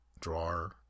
drawer